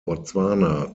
botswana